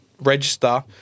register